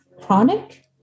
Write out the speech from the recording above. chronic